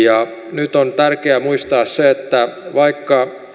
nyt on tärkeää muistaa se että vaikka